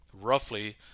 roughly